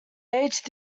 age